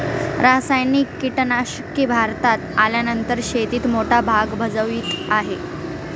रासायनिक कीटनाशके भारतात आल्यानंतर शेतीत मोठा भाग भजवीत आहे